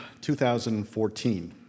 2014